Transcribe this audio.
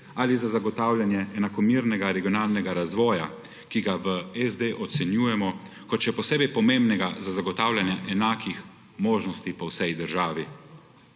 ali za zagotavljanje enakomernega regionalnega razvoja, ki ga v SD ocenjujemo kot še posebej pomembnega za zagotavljanje enakih možnosti po vsej državi.